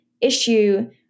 issue